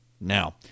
Now